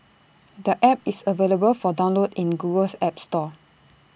the app is available for download in Google's app store